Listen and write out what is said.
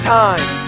time